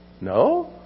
No